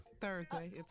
Thursday